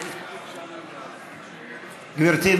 גברתי,